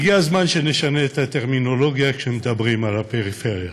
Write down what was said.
הגיע הזמן שנשנה את הטרמינולוגיה כשמדברים על הפריפריה.